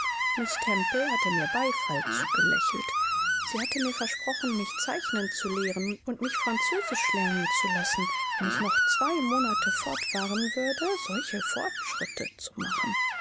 hatte mir beifall zugelächelt sie hatte mir versprochen mich zeichnen zu lehren und mich französisch lernen zu lassen wenn ich noch zwei monate fortfahren würde solche fortschritte zu machen